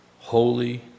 holy